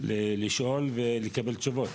לשאול ולקבל תשובות.